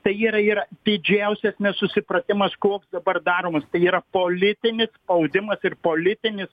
tai yra yra didžiausias nesusipratimas koks dabar daromas tai yra politinis spaudimas ir politinis